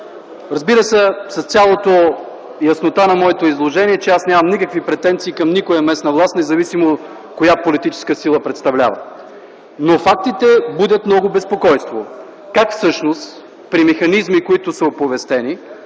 Разбира се, с цялата яснота на моето изложение, че аз нямам никакви претенции към никоя местна власт, независимо коя политическа сила представлява. Фактите будят много безпокойство. Как всъщност при механизми, които са оповестени,